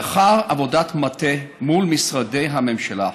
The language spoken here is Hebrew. לאחר עבודת מטה מול משרדי הממשלה,